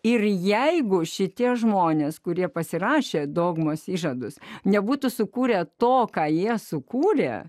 ir jeigu šitie žmonės kurie pasirašę dogmos įžadus nebūtų sukūrę to ką jie sukūrė